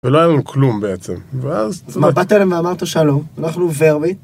‫ולא היה לנו כלום בעצם, ואז... ‫-באת אליהם ואמרת שלום, אנחנו ורביט.